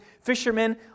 fishermen